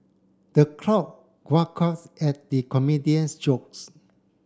the crowd at the comedian's jokes